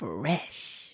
Fresh